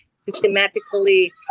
systematically